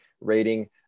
rating